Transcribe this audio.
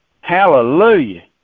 hallelujah